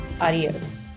Adios